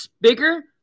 Bigger